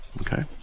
okay